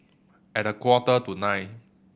at a quarter to nine